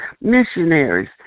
missionaries